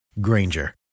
Granger